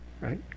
right